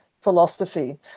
philosophy